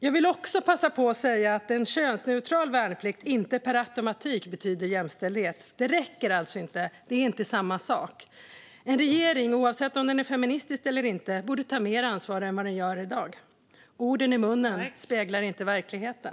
Jag vill också passa på att säga att en könsneutral värnplikt inte per automatik betyder jämställdhet. Det räcker alltså inte; det är inte samma sak. En regering - oavsett om den är feministisk eller inte - borde ta mer ansvar än regeringen gör i dag. Orden i munnen speglar inte verkligheten.